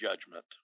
judgment